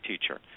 teacher